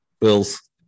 Bills